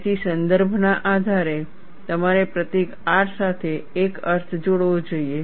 તેથી સંદર્ભના આધારે તમારે પ્રતીક R સાથે એક અર્થ જોડવો જોઈએ